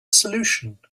solution